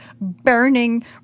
burning